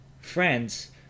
friends